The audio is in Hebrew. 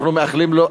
ואנחנו מאחלים לו,